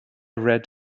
read